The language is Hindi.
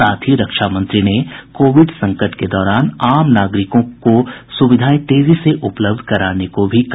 साथ ही रक्षा मंत्री ने कोविड संकट के दौरान आम नागरिकों को सुविधाएं तेजी से उपलब्ध कराने को भी कहा